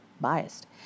biased